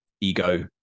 ego